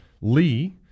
Lee